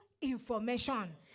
information